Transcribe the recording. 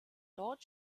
dort